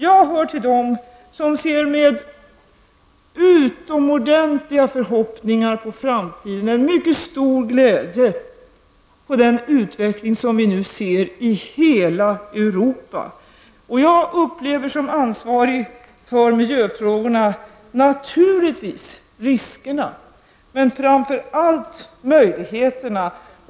Jag hör till dem som med utomordentlig tillförsikt ser på framtiden, och jag känner mycket stor glädje inför den utveckling som vi nu ser i hela Europa. Jag uppfattar som ansvarig för miljöfrågorna naturligtvis riskerna, men framför allt möjligheterna.